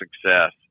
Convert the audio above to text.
success